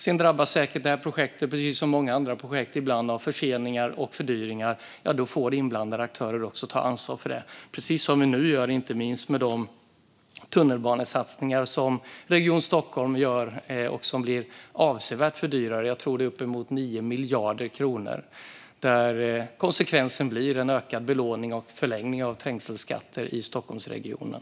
Sedan drabbas säkert detta projekt, precis som många andra projekt ibland gör, av förseningar och fördyringar, och då får inblandade aktörer också ta ansvar för det - precis som med de tunnelbanesatsningar som Region Stockholm nu gör och som blir avsevärt fördyrade. Jag tror att det handlar om uppemot 9 miljarder. Konsekvensen blir en ökad belåning och förlängning av trängselskatter i Stockholmsregionen.